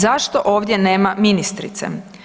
Zašto ovdje nema ministrice?